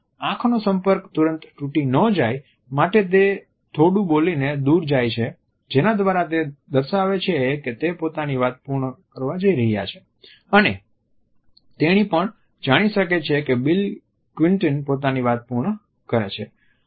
તેથી આંખનો સંપર્ક તુરંત તૂટી ન જાય માટે તે થોડું બોલી ને દુર જાય છે જેના દ્વારા તે દર્શાવે છે કે તે પોતાની વાત પૂર્ણ કરવા જઈ રહ્યા છે અને તેણી પણ જાણી શકે છે કે બીલ ક્લિન્ટન પોતાની વાત પૂર્ણ કરે છે